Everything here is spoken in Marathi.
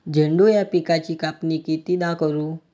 झेंडू या पिकाची कापनी कितीदा करू?